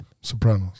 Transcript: Sopranos